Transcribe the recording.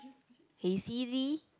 hey Siri